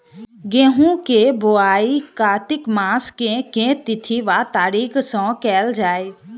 गेंहूँ केँ बोवाई कातिक मास केँ के तिथि वा तारीक सँ कैल जाए?